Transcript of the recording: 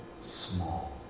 small